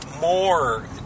more